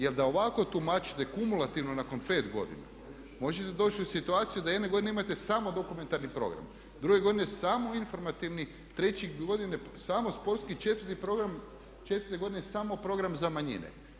Jer da ovako tumačite kumulativno nakon pet godina možete doći u situaciju da jedne godine imate samo dokumentarni program, druge godine samo informativni, treće godine samo sportski, četvrti program četvrte godine samo program za manjine.